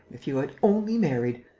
if you had only married.